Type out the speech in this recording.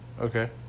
Okay